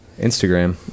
Instagram